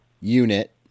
unit